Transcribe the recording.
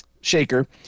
shaker